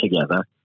together